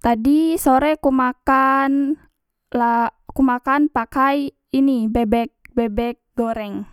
tadi sore ku makan la ku makan pakai ini bebek bebek goreng